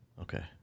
Okay